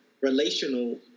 relational